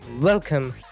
Welcome